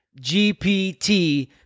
GPT